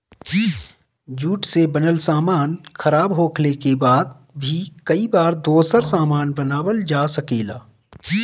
jute से बनल सामान खराब होखले के बाद भी कई बार दोसर सामान बनावल जा सकेला